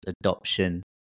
adoption